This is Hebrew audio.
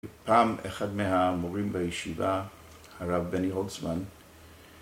פעם אחד מהמורים בישיבה, הרב בני הולצמן